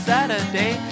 Saturday